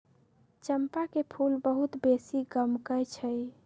चंपा के फूल बहुत बेशी गमकै छइ